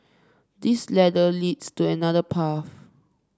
this ladder leads to another path